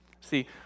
See